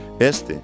Este